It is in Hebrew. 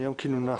-- מיום כינונה.